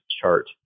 chart